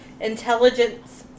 Intelligence